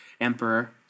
Emperor